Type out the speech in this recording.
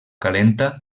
calenta